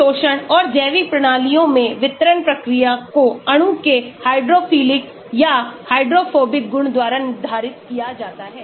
अवशोषण और जैविक प्रणालियों में वितरण प्रक्रियाको अणुओं के हाइड्रोफिलिक या हाइड्रोफोबिक गुण द्वारा निर्धारितकिया जाता है